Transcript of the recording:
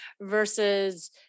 versus